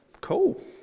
Cool